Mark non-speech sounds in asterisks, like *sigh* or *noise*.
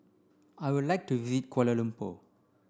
I would like to *unintelligible* Kuala Lumpur